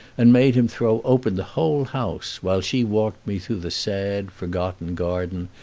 and made him throw open the whole house, while she walked me through the sad, forgotten garden,